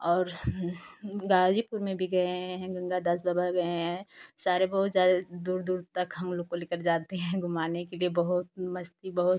और गाज़ीपुर में भी गए हैं गंगादास बाबा गए हैं सारे बहुत ज़्यादा दूर दूर तक हमलोग को लेकर जाते हैं घुमाने के लिए बहुत मस्ती बहुत